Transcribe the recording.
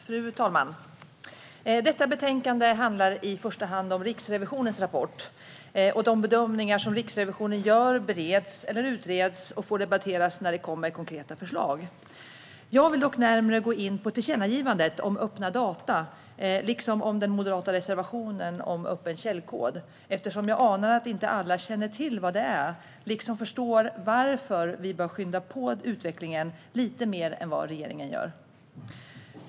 Fru talman! Detta betänkande handlar i första hand om Riksrevisionens rapport. De bedömningar som Riksrevisionen gör bereds eller utreds och får debatteras när det kommer konkreta förslag. Jag vill dock närmare gå in på tillkännagivandet om öppna data liksom på den moderata reservationen om öppen källkod, eftersom jag anar att inte alla känner till vad det är eller förstår varför vi bör skynda på utvecklingen lite mer än vad regeringen gör.